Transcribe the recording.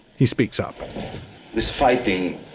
he speaks up this fighting.